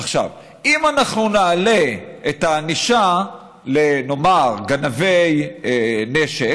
עכשיו, אם אנחנו נעלה את הענישה לגנבי נשק,